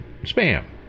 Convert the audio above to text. spam